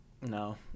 no